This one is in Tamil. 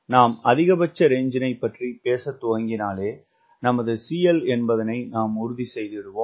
நாம் அதிகபட்ச ரேஞ்சினைப் பற்றிப் பேசத்துவங்கினாலே நமது CL என்பதனை நாம் உறுதி செய்திடுவோம்